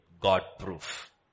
God-proof